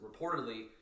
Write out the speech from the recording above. reportedly